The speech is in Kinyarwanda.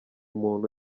muntu